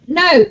no